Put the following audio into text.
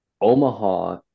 Omaha